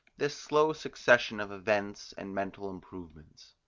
this slow succession of events and mental improvements.